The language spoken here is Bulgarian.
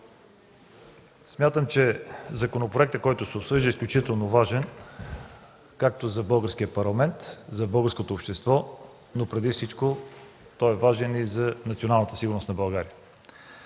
Смятам, че законопроектът, който се обсъжда, е изключително важен както за Българския парламент, за българското общество, но преди всичко той е важен и за националната сигурност на България.